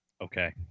Okay